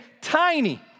tiny